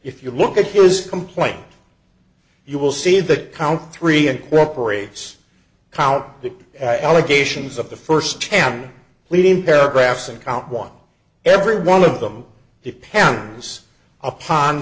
if you look at his complaint you will see the count three incorporates count the allegations of the st ten leading paragraphs in count one every one of them depends upon